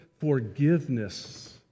forgiveness